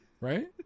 Right